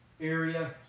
area